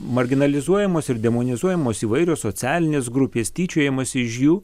marginalizuojamos ir demonizuojamos įvairios socialinės grupės tyčiojamasi iš jų